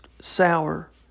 sour